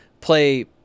play